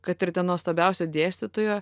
kad ir ten nuostabiausio dėstytojo